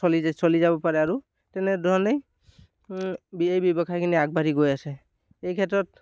চলি চলি যাব পাৰে আৰু তেনেধৰণেই বি এই ব্যৱসায়খিনি আগবাঢ়ি গৈ আছে এই ক্ষেত্ৰত